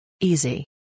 Easy